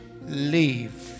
leave